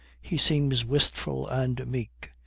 he seems wistful and meek.